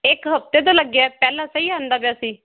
ਇੱਕ ਹਫ਼ਤੇ ਤੋਂ ਲੱਗਿਆ ਪਹਿਲਾਂ ਸਈ ਆਉਂਦਾ ਪਿਆ ਸੀ